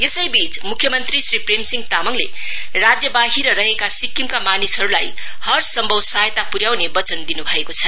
यसैवीच मुख्य मंत्री श्री प्रेम सिंह तामाङले राज्यवाहिर रहेका सिक्किमका मानिसहरुलाई हर सम्भव सहायता पुर्याउने वचन दिनु भएको छ